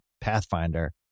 Pathfinder